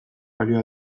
balio